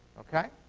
ok?